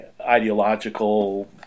ideological